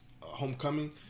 Homecoming